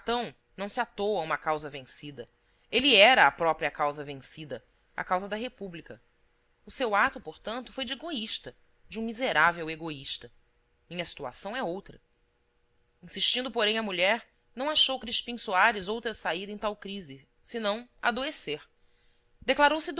catão não se atou a uma causa vencida ele era a própria causa vencida a causa da república o seu ato portanto foi de egoísta de um miserável egoísta minha situação é outra insistindo porém a mulher não achou crispim soares outra saída em tal crise senão adoecer declarou se